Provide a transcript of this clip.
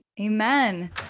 Amen